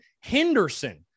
Henderson